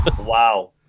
Wow